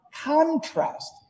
contrast